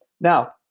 Now